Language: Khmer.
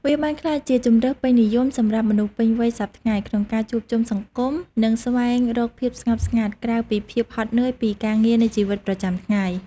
វាបានក្លាយជាជម្រើសពេញនិយមសម្រាប់មនុស្សពេញវ័យសព្វថ្ងៃ ក្នុងការជួបជុំសង្គម និងស្វែងរកភាពស្ងប់ស្ងាត់ ក្រៅពីភាពហត់នឿយពីការងារនៃជីវិតប្រចាំថ្ងៃ។